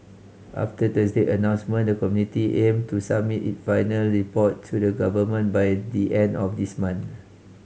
after Thursday announcement the committee aim to submit it final report to the Government by the end of this month